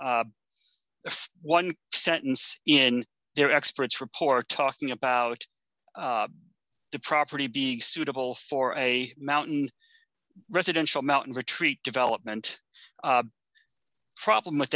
if one sentence in their expert's report talking about the property being suitable for a mountain residential mountain retreat development problem with